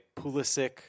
Pulisic